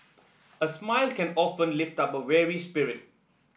a smile can often lift up a weary spirit